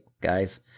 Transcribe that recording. guys